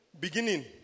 beginning